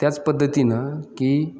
त्याच पद्धतीनं की